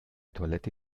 toilette